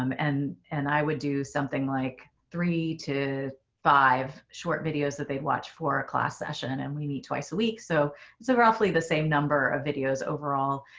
um and and i would do something like three to five short videos that they'd watch for a class session and we meet twice a week. so it's roughly the same number of videos overall.